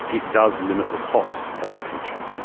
it does limit the cost of the pension,